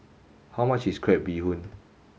how much is crab bee hoon